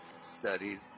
studied